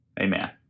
Amen